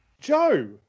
Joe